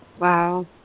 wow